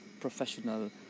professional